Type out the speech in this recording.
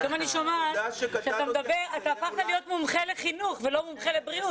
פתאום אני שומעת שאתה הפכת להיות מומחה לחינוך ולא מומחה בבריאות.